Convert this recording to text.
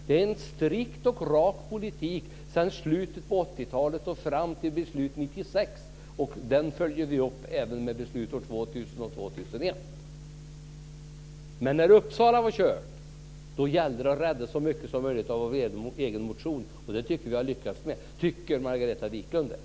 Det är en strikt och rak politik som vi har fört sedan slutet av 1980-talet och fram till beslutet 1996. Den politiken följer vi upp även i besluten 2000 och 2001. När det var kört med flottiljen i Uppsala gällde att rädda så mycket som möjligt av vår egen motion, och det tycker jag att vi har lyckats med. Tycker Margareta Viklund det?